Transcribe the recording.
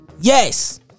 Yes